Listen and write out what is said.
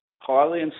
highly